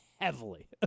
heavily